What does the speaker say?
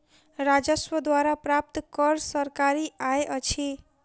राजस्व द्वारा प्राप्त कर सरकारी आय अछि